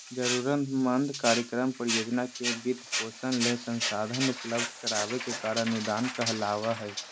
जरूरतमंद कार्यक्रम, परियोजना के वित्तपोषण ले संसाधन उपलब्ध कराबे के कार्य अनुदान कहलावय हय